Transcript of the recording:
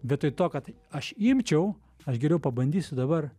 vietoj to kad aš imčiau aš geriau pabandysiu dabar